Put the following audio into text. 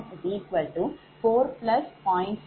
0244